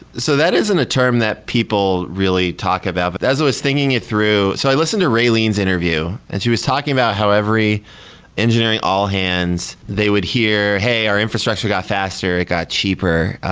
so isn't a term that people really talk about, but as i was thinking it through so i listen to raylene's interview, and she was talking about how every engineering all hands, they would hear, hey! our infrastructure got faster. it got cheaper.